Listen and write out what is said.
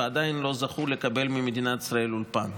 ועדיין לא זכו לקבל ממדינת ישראל אולפן.